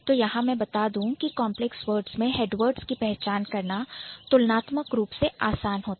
यहां मैं बता दूं कि कंपलेक्स वर्ड्स में एडवर्ड्स की पहचान करना तुलनात्मक रूप से आसान होता है